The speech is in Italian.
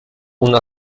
una